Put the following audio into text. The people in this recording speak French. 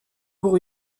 pour